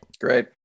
great